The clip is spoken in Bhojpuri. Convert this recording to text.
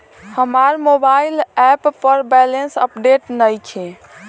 हमार मोबाइल ऐप पर बैलेंस अपडेट नइखे